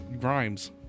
Grimes